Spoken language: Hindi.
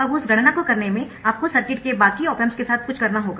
अब उस गणना को करने में आपको सर्किट के बाकी ऑप एम्प्स के साथ कुछ करना होगा